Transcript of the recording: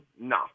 No